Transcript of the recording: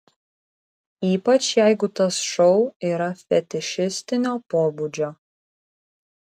ypač jeigu tas šou yra fetišistinio pobūdžio